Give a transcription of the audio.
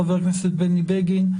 חבר הכנסת בני בגין,